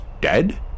dead